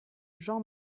jean